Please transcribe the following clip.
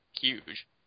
huge